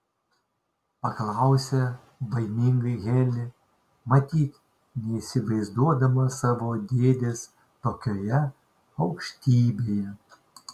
paklausė baimingai heli matyt neįsivaizduodama savo dėdės tokioje aukštybėje